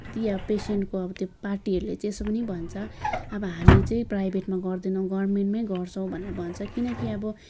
अब पेसेन्टको पार्टीहरूले चाहिँ यसो पनि भन्छ अब हामी चाहिँ प्राइभेटमा गर्दैनौँ गभर्मेन्टमै गर्छौँ भनेर भन्छ किनकि अब